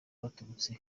baturutse